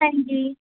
ਹਾਂਜੀ